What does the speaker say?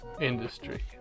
industry